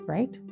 Right